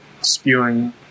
spewing